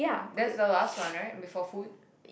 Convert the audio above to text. that's a last one right before food